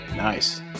Nice